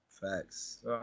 Facts